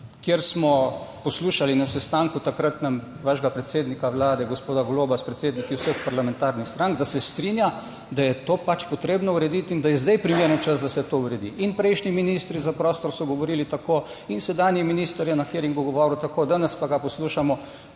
kjer smo poslušali na sestanku, takratnem, vašega predsednika Vlade, gospoda Goloba, s predsedniki vseh parlamentarnih strank, da se strinja da je to pač potrebno urediti in da je zdaj primeren čas, da se to uredi. In prejšnji ministri za prostor so govorili tako in sedanji minister je na hearingu govoril tako, danes pa ga poslušamo,